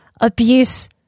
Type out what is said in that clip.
abuse